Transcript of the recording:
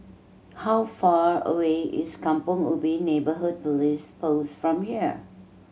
how far away is Kampong Ubi Neighbourhood Police Post from here